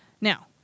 Now